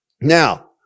Now